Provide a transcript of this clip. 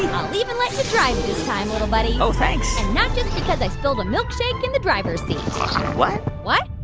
i'll even let you drive this time, little buddy oh, thanks and not just because i spilled a milkshake in the driver's seat what? what?